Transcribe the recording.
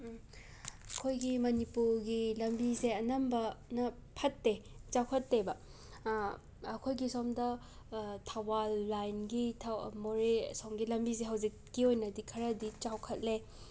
ꯎꯝ ꯑꯩꯈꯣꯏꯒꯤ ꯃꯅꯤꯄꯨꯔꯒꯤ ꯂꯝꯕꯤꯁꯦ ꯑꯅꯝꯕꯅ ꯐꯠꯇꯦ ꯆꯥꯎꯈꯠꯇꯦꯕ ꯑꯩꯈꯣꯏꯒꯤ ꯁꯣꯝꯗ ꯊꯧꯕꯥꯜ ꯂꯥꯏꯟꯒꯤ ꯃꯣꯔꯦ ꯑꯁꯣꯝꯒꯤ ꯂꯝꯕꯤꯁꯦ ꯍꯧꯖꯤꯛꯀꯤ ꯑꯣꯏꯅꯗꯤ ꯈꯔꯗꯤ ꯆꯥꯎꯈꯠꯂꯦ